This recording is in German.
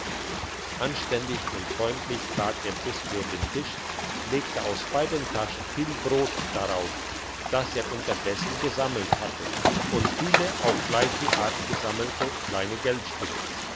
anständig und freundlich trat er bis vor den tisch legte aus beiden taschen viel brot darauf das er unterdessen gesammelt hatte und viele auf gleiche art gesammelte kleine geldstücke